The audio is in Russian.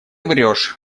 врешь